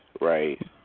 Right